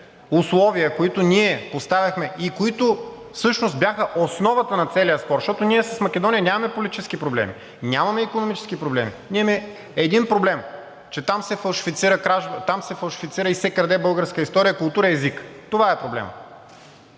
условия, които ние поставяхме и които всъщност бяха основата на целия спор – защото ние с Македония нямаме политически проблеми, нямаме икономически проблеми, ние имаме един проблем, че там се фалшифицира и се краде българска история, култура, език. Това е проблемът.